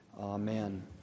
Amen